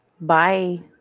Bye